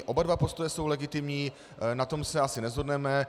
Oba dva postoje jsou legitimní, na tom se asi neshodneme.